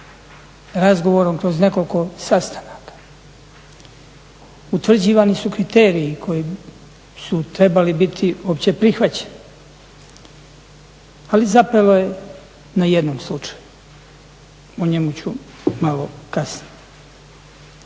razgovorom kroz nekoliko sastanaka, utvrđivani su kriteriji koji su trebali biti općeprihvaćenih, ali zapelo je na jednom slučaju o njemu ću malo kasnije.